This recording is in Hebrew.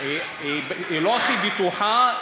היא לא הכי בטוחה,